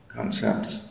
concepts